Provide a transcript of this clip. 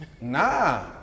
Nah